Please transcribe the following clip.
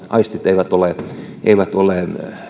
aistit eivät ole eivät ole